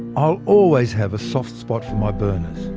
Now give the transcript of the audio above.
i'll always have a soft spot for my burners,